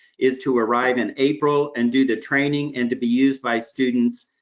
is to arrive in april and do the training, and to be used by students